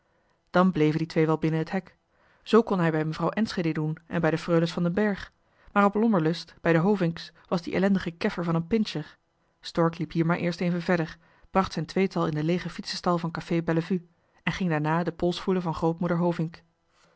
dan bleven die twee wel binnen het hek zoo kon hij bij mevrouw enschedé doen en bij de freules van den bergh maar op lommerlust bij de hovinks was die ellendige keffer en bijter van een pincher die na zijn opspelen tegen de staart en nero zijn baas reden zou geven om onrechtvaardig te mopperen dat de honden van den dokter het grint omwoelden daarom liep stork hier maar eerst even verder bracht het tweetal in den leegen fietsenstal van café bellevue en ging daarna den pols voelen van